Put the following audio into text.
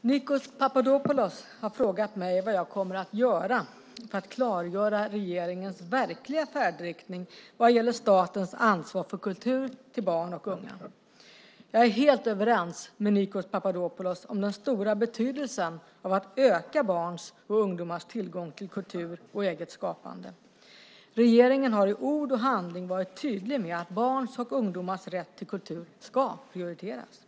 Nikos Papadopoulos har frågat mig vad jag kommer att göra för att klargöra regeringens verkliga färdriktning vad gäller statens ansvar för kultur till barn och unga. Jag är helt överens med Nikos Papadopoulos om den stora betydelsen av att öka barns och ungdomars tillgång till kultur och eget skapande. Regeringen har i ord och handling varit tydlig med att barns och ungdomars rätt till kultur ska prioriteras.